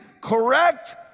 correct